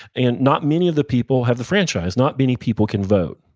and not many of the people have the franchise. not many people can vote,